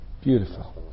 Beautiful